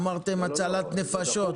אמרתם "הצלת נפשות".